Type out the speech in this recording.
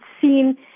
seen